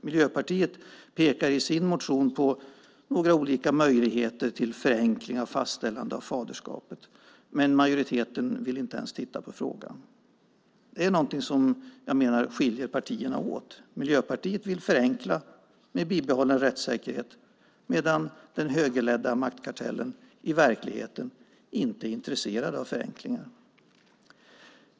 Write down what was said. Miljöpartiet pekar i sin motion på några olika möjligheter till förenkling av fastställande av faderskapet. Men majoriteten vill inte ens titta på frågan. Det är någonting som jag menar skiljer partierna åt. Miljöpartiet vill förenkla med bibehållen rättssäkerhet, medan den högerledda maktkartellen i verkligheten inte är intresserad av förenklingar.